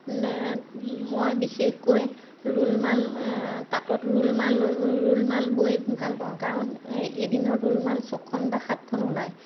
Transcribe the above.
মই বিশেষকৈ ৰুমাল তাঁতত ৰুমাল লৈ ৰুমাল বৈ ভাল পাওঁ কাৰণ এদিনত ৰুমাল ছখন বা সাতখন ওলায়